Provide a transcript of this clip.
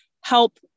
help